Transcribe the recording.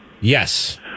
Yes